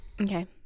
Okay